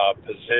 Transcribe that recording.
position